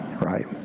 Right